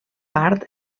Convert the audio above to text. part